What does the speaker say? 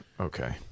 Okay